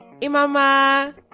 Imama